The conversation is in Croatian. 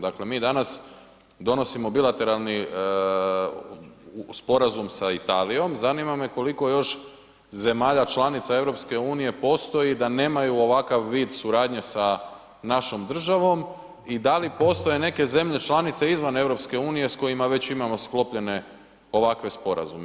Dakle, mi danas donosimo bilateralni sporazum sa Italijom, zanima me koliko još zemalja članica EU postoji da nemaju ovakav vid suradnje sa našom državom i da li postoje neke zemlje članice izvan EU s kojima već imamo sklopljene ovakve sporazume?